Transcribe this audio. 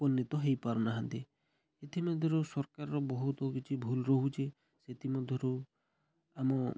ଉପନୀତ ହେଇପାରୁନାହାନ୍ତି ଏଥି ମଧ୍ୟରୁ ସରକାର ବହୁତ କିଛି ଭୁଲ ରହୁଛି ସେଥିମଧ୍ୟରୁ ଆମ